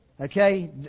Okay